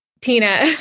Tina